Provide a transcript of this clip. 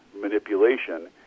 manipulation